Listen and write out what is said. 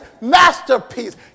masterpiece